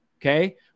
Okay